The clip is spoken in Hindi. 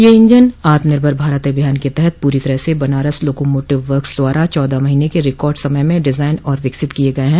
ये इजन आत्मनिर्भर भारत अभियान के तहत पूरी तरह से बनारस लोकोमोटिव वर्क्स द्वारा चौदह महीने के रिकार्ड समय में डिजायन और विकसित किये गये हैं